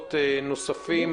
שבועות נוספים,